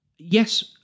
Yes